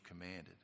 commanded